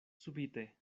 subite